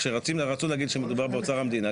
כשרצו להגיד שמדובר באוצר המדינה,